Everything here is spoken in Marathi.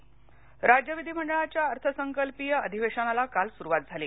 विधिमंडळ राज्य विधीमंडळाच्या अर्थसंकल्पीय अधिवेशनाला काल सुरुवात झाली